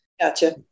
Gotcha